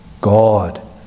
God